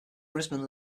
brisbane